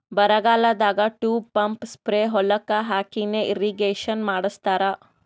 ಬರಗಾಲದಾಗ tube pump spray ಹೊಲಕ್ಕ್ ಹಾಕಿಸಿ ಇರ್ರೀಗೇಷನ್ ಮಾಡ್ಸತ್ತರ